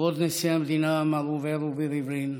כבוד נשיא המדינה מר ראובן רובי ריבלין,